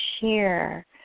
share